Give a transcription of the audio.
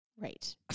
Right